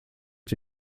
est